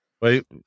Wait